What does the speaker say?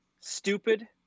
stupid